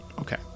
Okay